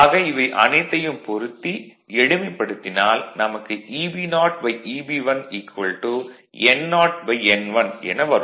ஆக இவை அனைத்தையும் பொருத்தி எளிமைப்படுத்தினால் நமக்கு Eb0 Eb1 n0n1 என வரும்